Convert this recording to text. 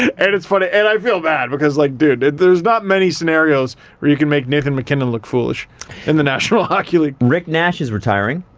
and and it's funny, and i feel bad because like, dude, there's not many scenarios where you can make nathan mackinnon look foolish in the national hockey league. rick nash is retiring.